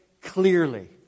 clearly